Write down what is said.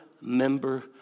member